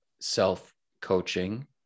self-coaching